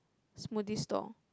smoothie store